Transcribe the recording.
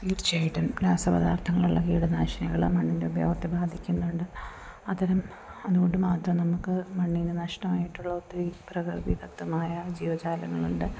തീർച്ചയായിട്ടും രാസപദാർത്ഥങ്ങളുള്ള കീടനാശിനികൾ മണ്ണിൻ്റെ ഉപയോഗത്തെ ബാധിക്കുന്നുണ്ട് അതിന് അതുകൊണ്ടു മാത്രം നമുക്ക് മണ്ണിന് നഷ്ടമായിട്ടുള്ള ഒത്തിരി പ്രകൃതിദത്തമായ ജീവജാലങ്ങൾ ഉണ്ട്